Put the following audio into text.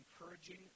encouraging